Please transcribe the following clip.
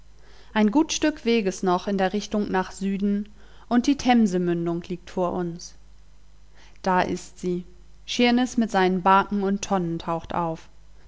ein gut stück weges noch in der richtung nach süden und die themsemündung liegt vor uns da ist sie sheerneß mit seinen baken und tonnen taucht auf